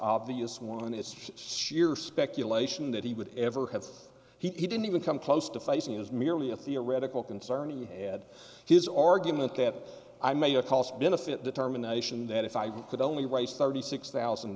obvious one it's sheer speculation that he would ever have he didn't even come close to facing as merely a theoretical concern he had his argument that i made a cost benefit determination that if i could only raise thirty six thousand